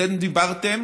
אתם דיברתם